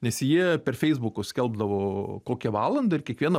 nes jie per feisbukus skelbdavo kokią valandą ir kiekvieną